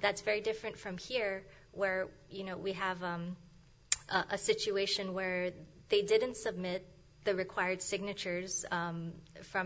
that's very different from here where you know we have a situation where they didn't submit the required signatures from